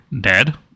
dead